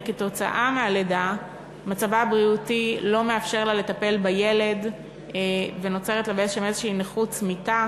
ועקב הלידה מצבה הבריאותי לא מאפשר לה לטפל בילד ונוצרת לה נכות צמיתה